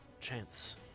chance